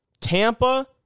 Tampa